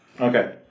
Okay